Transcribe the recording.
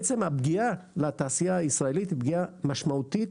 בעצם הפגיעה לתעשייה הישראלית היא משמעותית